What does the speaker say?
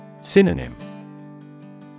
Synonym